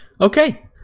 Okay